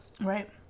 Right